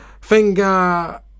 Finger